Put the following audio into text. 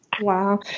Wow